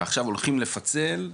ועכשיו הולכים לפצל,